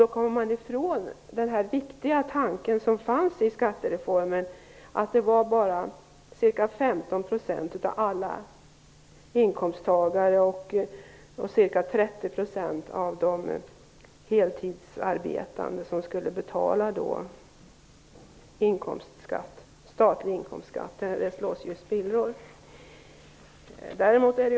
Då kommer man ifrån den viktiga tanke som fanns i skattereformen, att bara ca 15 % av alla inkomsttagare och ca 30 % av de heltidsarbetande skulle betala statlig inkomstskatt. Den slås ju i spillror.